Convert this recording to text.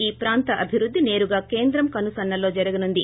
ఈ ప్రాంత అభివృద్ది నేరుగా కేంద్రం కనుసన్నల్లో జరగనుంది